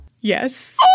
Yes